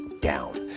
down